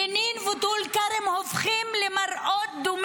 המראות בג'נין וטול כרם הופכים דומים